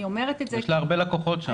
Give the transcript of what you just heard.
אני אומרת את זה --- יש לה הרבה לקוחות שם.